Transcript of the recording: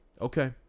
okay